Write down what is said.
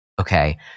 Okay